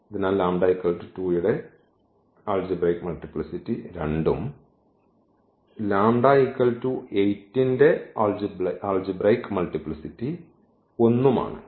അതിനാൽ λ 2 യുടെ ആൾജിബ്രയ്ക് മൾട്ടിപ്ലിസിറ്റി 2 ഉം λ 8 ന്റെ ആൾജിബ്രയ്ക് മൾട്ടിപ്ലിസിറ്റി 1 ഉം ആണ്